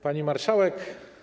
Pani Marszałek!